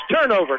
turnover